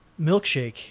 milkshake